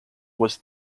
was